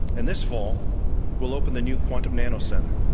and this fall we'll open the new quantum nano centre.